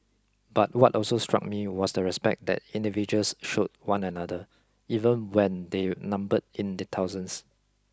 but what also struck me was the respect that individuals showed one another even when they numbered in the thousands